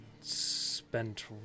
spent